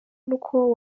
nuko